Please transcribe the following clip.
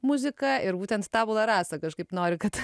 muziką ir būtent tabula rasa kažkaip nori kad